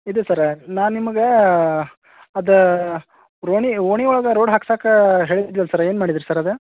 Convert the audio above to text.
ಇದು ಸರ್ ನಾನು ನಿಮ್ಗೆ ಅದು ರೋಣಿ ಓಣಿ ಒಳಗೆ ರೋಡ್ ಹಾಕ್ಸೋಕ್ಕಾ ಹೇಳಿದ್ವಲ್ಲ ಸರ್ ಏನು ಮಾಡಿದ್ರಿ ಸರ್ ಅದು